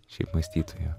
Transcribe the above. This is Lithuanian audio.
šiaip mąstytojų